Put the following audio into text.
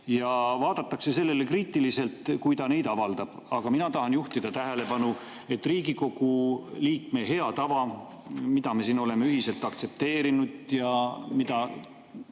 ja vaadatakse sellele kriitiliselt, kui ta neid avaldab. Aga mina tahan juhtida tähelepanu Riigikogu liikme heale tavale, mille me oleme ühiselt aktsepteerinud. Seda